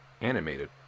animated